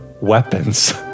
weapons